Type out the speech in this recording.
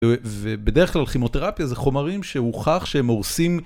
ובדרך כלל כימותרפיה זה חומרים שהוכח שהם הורסים.